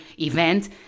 event